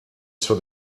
sur